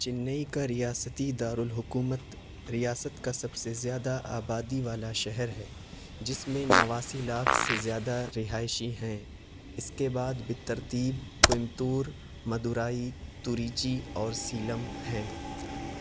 چنئی کا ریاستی دارالحکومت ریاست کا سب سے زیادہ آبادی والا شہر ہے جس میں نواسی لاکھ سے زیادہ رہائشی ہیں اس کے بعد بالترتیب کوئمتور مدورائی توریچی اور سیلم ہیں